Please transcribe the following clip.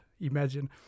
imagine